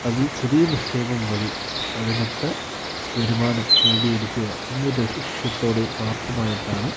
അതിൽ ചെറിയ നിക്ഷേപം വഴി അതിനൊത്ത വരുമാനം നേടിയെടുക്കുക എന്ന ലക്ഷ്യത്തോടെ മാത്രമായിട്ടാണ്